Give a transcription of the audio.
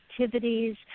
activities